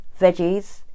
veggies